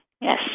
Yes